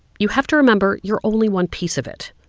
you have to remember you're only one piece of it.